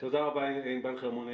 תודה רבה ענבל חרמוני.